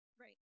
Right